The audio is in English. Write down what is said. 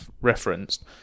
referenced